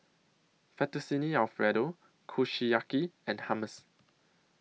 Fettuccine Alfredo Kushiyaki and Hummus